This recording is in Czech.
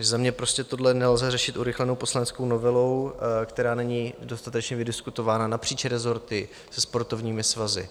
Za mě prostě tohle nelze řešit urychlenou poslaneckou novelou, která není dostatečně vydiskutována napříč rezorty se sportovními svazy.